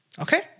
okay